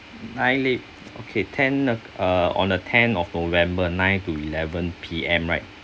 night late okay tenth uh on uh tenth of november nine to eleven P_M right